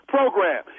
Program